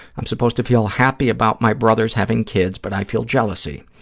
i'm supposed to feel happy about my brothers having kids, but i feel jealousy.